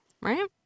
right